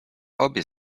obie